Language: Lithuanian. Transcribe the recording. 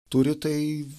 turi tai